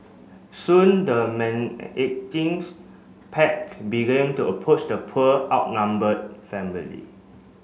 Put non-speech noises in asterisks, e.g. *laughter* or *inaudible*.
soon the *unintelligible* pack began to approach the poor outnumbered family